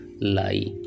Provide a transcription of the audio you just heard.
lie